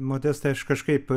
modestai aš kažkaip